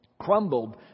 Crumbled